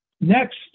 Next